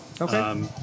Okay